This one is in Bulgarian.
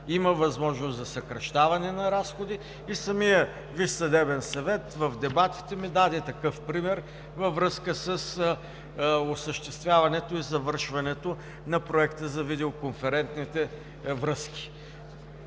има възможност за съкращаване на разходи и самият Висш съдебен съвет в дебатите ми даде такъв пример във връзка с осъществяването и завършването на проекта за видеоконферентните връзки.